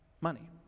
Money